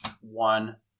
One